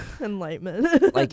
Enlightenment